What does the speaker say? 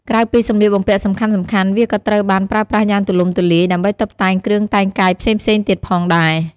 ក្រៅពីសម្លៀកបំពាក់សំខាន់ៗវាក៏ត្រូវបានប្រើប្រាស់យ៉ាងទូលំទូលាយ ដើម្បីតុបតែងគ្រឿងតែងកាយផ្សេងៗទៀតផងដែរ។